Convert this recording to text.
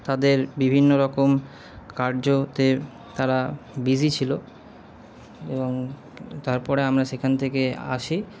তাদের বিভিন্ন রকম কার্যতে তারা বিজি ছিলো এবং তারপরে আমরা সেখান থেকে আসি